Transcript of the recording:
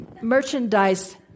merchandise